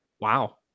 Wow